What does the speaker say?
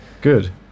good